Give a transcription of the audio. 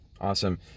Awesome